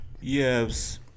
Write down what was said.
Yes